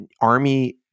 army